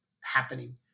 happening